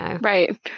Right